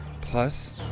Plus